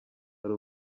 hari